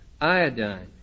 iodine